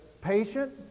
patient